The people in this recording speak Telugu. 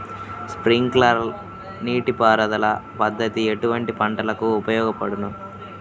స్ప్రింక్లర్ నీటిపారుదల పద్దతి ఎటువంటి పంటలకు ఉపయోగపడును?